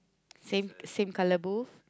same same colour booth